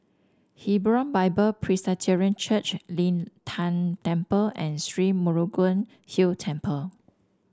Hebron Bible Presbyterian Church Lin Tan Temple and Sri Murugan Hill Temple